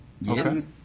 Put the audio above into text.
Yes